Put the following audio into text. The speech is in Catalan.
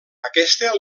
aquesta